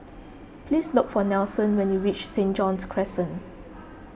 please look for Nelson when you reach St John's Crescent